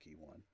one